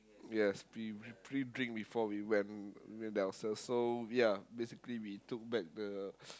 yes pre~ pre-drink before we went went ourselves so ya basically we took back the